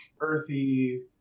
earthy